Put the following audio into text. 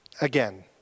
again